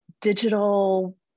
digital